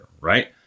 Right